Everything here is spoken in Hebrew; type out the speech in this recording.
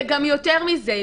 זה גם יותר מזה.